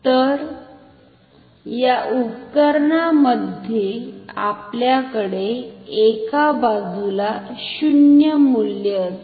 तर या उपकरनामध्ये आपल्याकडे एका बाजुला 0 मूल्य असेल